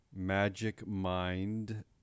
MagicMind